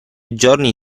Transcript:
giorni